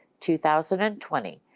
two thousand and twenty,